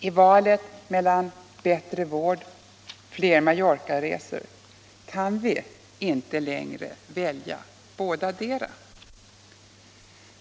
I valet mellan bättre vård och fler Mallorca-resor kan vi inte längre välja bådadera.